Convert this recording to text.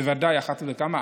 בוודאי אחת לכמה,